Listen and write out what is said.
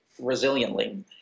resiliently